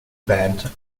band